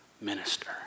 minister